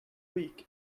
week